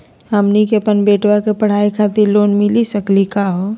हमनी के अपन बेटवा के पढाई खातीर लोन मिली सकली का हो?